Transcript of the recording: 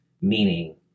meaning